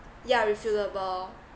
yeah refillable